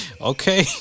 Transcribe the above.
Okay